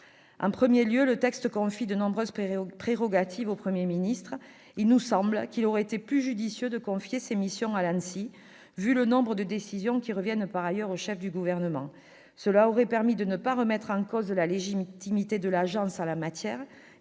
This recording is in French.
En premier lieu, le texte confie de nombreuses prérogatives au Premier ministre. Il nous semble qu'il aurait été plus judicieux de confier ces missions à l'ANSSI, compte tenu du nombre de décisions qui reviennent par ailleurs au chef du Gouvernement. Cela aurait permis de ne pas remettre en cause la légitimité de l'Agence en la matière,